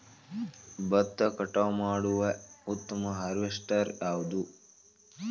ಭತ್ತ ಕಟಾವು ಮಾಡುವ ಉತ್ತಮ ಹಾರ್ವೇಸ್ಟರ್ ಯಾವುದು?